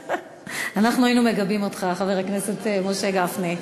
אנחנו היינו מגבים אותך, חבר הכנסת משה גפני.